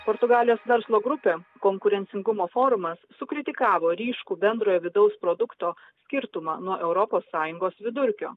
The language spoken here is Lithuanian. portugalijos verslo grupė konkurencingumo forumas sukritikavo ryškų bendrojo vidaus produkto skirtumą nuo europos sąjungos vidurkio